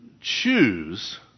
choose